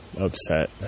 upset